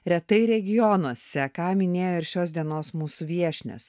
retai regionuose ką minėjo ir šios dienos mūsų viešnios